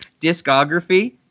discography